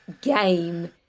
game